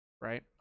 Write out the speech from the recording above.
Right